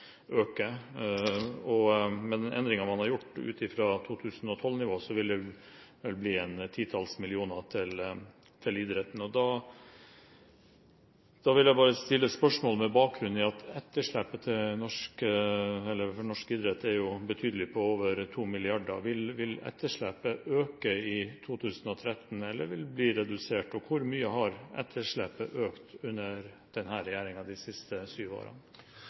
Med de endringer man har gjort ut fra 2012-nivå, vil det vel bli en titalls millioner kroner til idretten. Jeg vil stille spørsmål med bakgrunn i at etterslepet for norsk idrett jo er betydelig, på over 2 mrd. kr. Vil etterslepet øke i 2013, eller vil det bli redusert? Hvor mye har etterslepet økt de siste syv årene – under